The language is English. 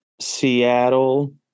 Seattle